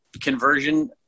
conversion